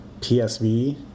PSV